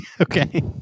Okay